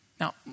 Now